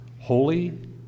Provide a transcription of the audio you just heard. holy